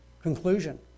Conclusion